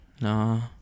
No